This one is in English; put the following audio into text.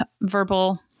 verbal